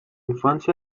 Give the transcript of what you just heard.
infancia